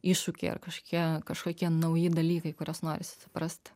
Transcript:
iššūkiai ar kažkokie kažkokie nauji dalykai kuriuos norisi suprast